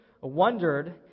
wondered